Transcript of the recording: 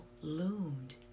loomed